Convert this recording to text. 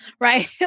right